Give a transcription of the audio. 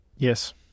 Yes